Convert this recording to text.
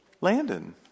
Landon